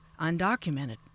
undocumented